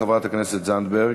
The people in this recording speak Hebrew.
תודה רבה, חברת הכנסת זנדברג.